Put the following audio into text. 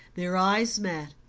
their eyes met,